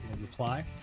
reply